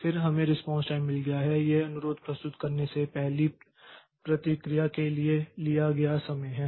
फिर हमें response time मिल गया है यह अनुरोध प्रस्तुत करने से पहली प्रतिक्रिया के लिए लिया गया समय है